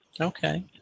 Okay